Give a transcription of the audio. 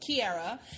Kiera